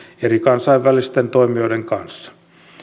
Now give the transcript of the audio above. eri kansainvälisten toimijoiden kanssa